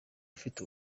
ufite